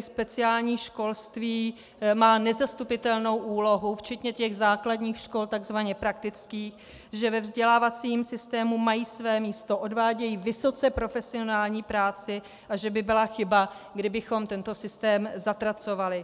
speciální školství tady má nezastupitelnou úlohu včetně základních škol takzvaně praktických, že ve vzdělávacím systému mají své místo, odvádějí vysoce profesionální práci a že by byla chyba, kdybychom tento systém zatracovali.